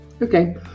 Okay